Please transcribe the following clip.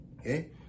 Okay